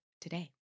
today